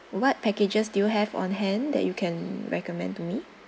what packages do you have on hand that you can recommend to me